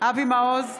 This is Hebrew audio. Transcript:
אבי מעוז,